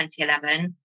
2011